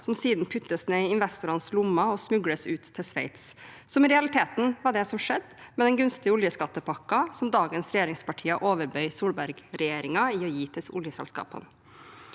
som siden puttes ned i investorenes lommer og smugles ut til Sveits, som i realiteten var det som skjedde med den gunstige oljeskattepakken som dagens regjeringspartier overbød Solbergregjeringen i å gi til oljeselskapene.